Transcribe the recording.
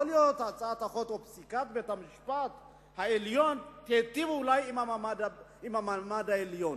יכול להיות שפסיקת בית-המשפט העליון תיטיב אולי עם המעמד העליון.